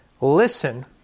listen